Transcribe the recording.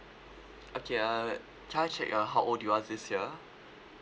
okay err can I check ah how old you are this year